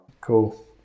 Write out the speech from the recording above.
Cool